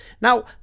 Now